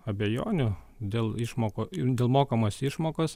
abejonių dėl išmokų ir dėl mokamos išmokos